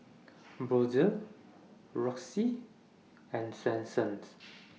Brotzeit Roxy and Swensens